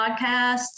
podcast